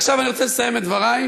עכשיו אני רוצה לסיים את דברי.